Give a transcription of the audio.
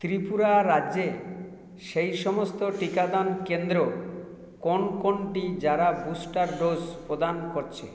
ত্রিপুরা রাজ্যে সেই সমস্ত টিকাদান কেন্দ্র কোন কোনটি যারা বুস্টার ডোজ প্রদান করছে